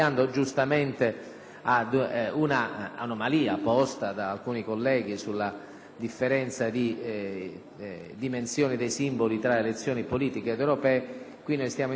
differenza di dimensioni dei simboli tra elezioni politiche ed europee. In questo caso stiamo intervenendo soltanto per le elezioni europee, ravvisando comunque che l'anomalia esiste.